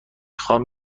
خوام